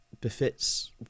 befits